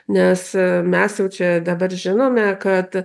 nes mes jau čia dabar žinome kad